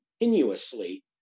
continuously